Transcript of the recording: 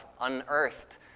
unearthed